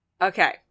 Okay